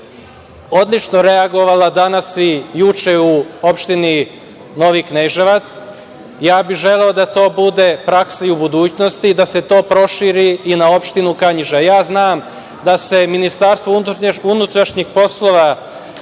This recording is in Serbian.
odlučno reagovala danas i juče u opštini Novi Kneževac. Ja bih želeo da to bude praksa i u budućnosti i da se to proširi i na opštinu Kanjiža. Ja znam da se MUP suočava sa ogromnim problemima